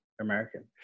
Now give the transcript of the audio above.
American